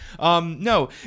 No